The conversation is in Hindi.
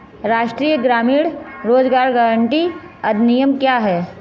राष्ट्रीय ग्रामीण रोज़गार गारंटी अधिनियम क्या है?